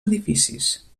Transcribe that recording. edificis